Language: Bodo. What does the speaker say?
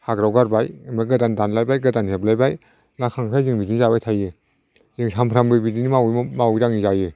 हाग्रायाव गारबाय ओमफ्राय गोदान दानलायबाय गोदान हेबलायबाय गोदान ना खांख्राय जों बिदिनो जाबाय थायो जों सानफ्रोमबो बिदिनो मावै दाङै जायो